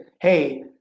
hey